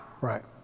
Right